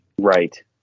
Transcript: Right